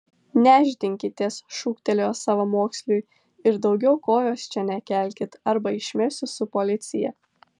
nešdinkitės šūktelėjo savamoksliui ir daugiau kojos čia nekelkit arba išmesiu su policija